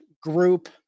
group